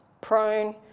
prone